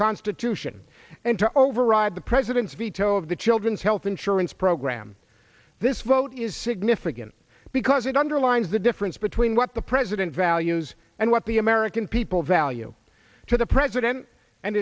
constitution and to override the president's veto of the children's health insurance program this vote is significant because it underlines the difference between what the president values and what the american people value to the president and